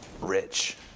rich